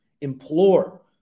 implore